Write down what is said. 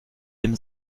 dem